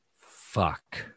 fuck